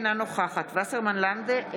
אינה נוכחת רות וסרמן לנדה,